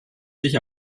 sich